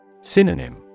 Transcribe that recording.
Synonym